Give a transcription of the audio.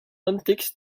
antics